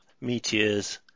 Meteors